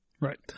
Right